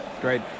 Great